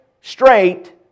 straight